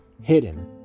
hidden